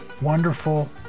wonderful